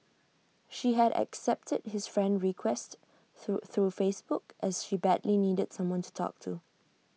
she had accepted his friend request through through Facebook as she badly needed someone to talk to